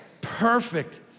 perfect